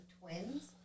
twins